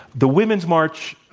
the women's march,